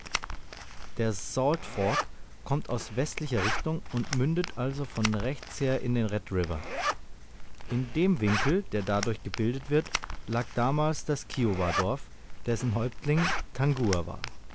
der salt fork kommt aus westlicher richtung und mündet also von rechts her in den red river in dem winkel der dadurch gebildet wird lag damals das kiowa dorf dessen häuptling tangua war